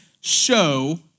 show